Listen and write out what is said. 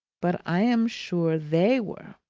but i am sure they were!